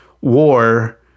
war